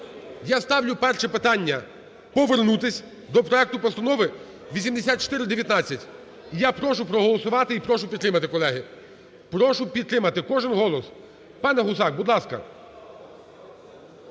я ставлю перше питання: повернутись до проекту Постанови 8419. Я прошу проголосувати і прошу підтримати, колеги. Прошу підтримати. Кожен голос. Пане Гусак, будь ласка,